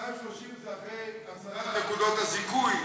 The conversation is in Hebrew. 230 זה אחרי החזרת נקודות הזיכוי,